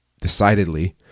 decidedly